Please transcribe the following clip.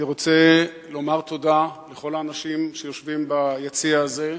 אני רוצה לומר תודה לכל האנשים שיושבים ביציע הזה.